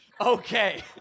okay